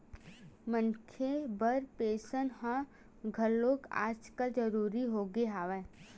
मनखे बर पेंसन ह घलो आजकल जरुरी होगे हवय